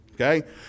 Okay